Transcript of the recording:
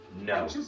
No